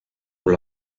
con